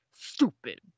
stupid